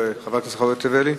חברת הכנסת חוטובלי.